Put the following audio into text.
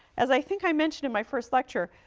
as i think i mentioned in my first lecture,